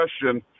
question